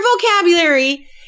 vocabulary